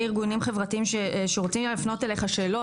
ארגונים חברתיים שרוצים להפנות אליך שאלות,